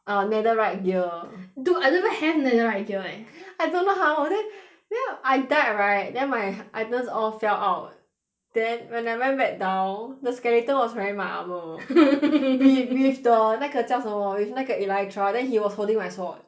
uh netherite gear dude I don't even have netherite gear eh I don't how then then I died right then my items all fell out then when I went back down the skeleton was wearing my armour wi~ with the 那个叫什么 with 那个 elytra then he was holding my sword